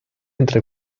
entre